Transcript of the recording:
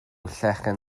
llechen